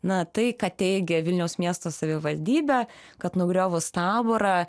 na tai kad teigė vilniaus miesto savivaldybę kad nugriovus taborą